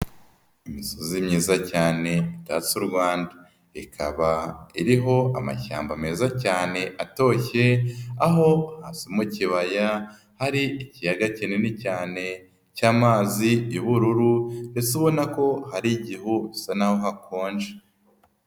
Imisozi myiza cyane itatse u Rwanda, ikaba iriho amashyamba meza cyane atoshye aho hasi mu kibaya hari ikiyaga kinini cyane cy'amazi y'ubururu mbese ubona ko hari igihu bisa naho hakonje.